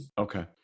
okay